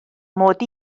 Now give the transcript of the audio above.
mod